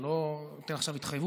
אני לא אתן עכשיו התחייבות,